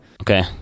Okay